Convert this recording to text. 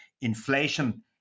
Inflation